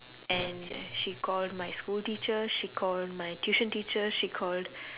and she called my school teacher she called my tuition teacher she called